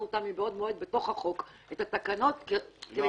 אותן מבעוד מועד בתוך החוק כעסקה כוללת.